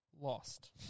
lost